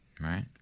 right